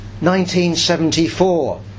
1974